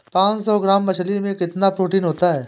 पांच सौ ग्राम मछली में कितना प्रोटीन होता है?